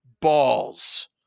balls